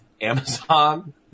Amazon